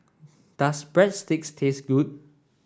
does Breadsticks taste good